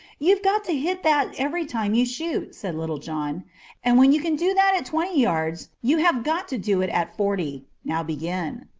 you've got to hit that every time you shoot, said little john and when you can do that at twenty yards you have got to do it at forty. now begin.